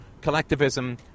collectivism